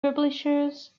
publishers